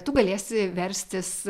tu galėsi verstis